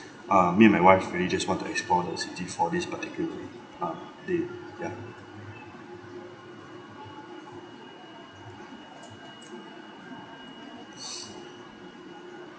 um me and my wife really just want to explore the city for this particular um day ya